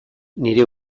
nire